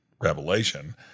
Revelation